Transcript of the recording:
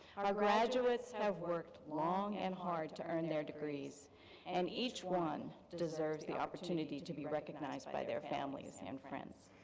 our graduates have worked long and hard to earn their degrees and each one deserves the opportunity to be recognized by their families and friends.